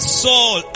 soul